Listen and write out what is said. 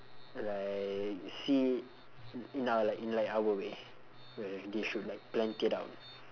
like see it now like in like our way where they should like planned it out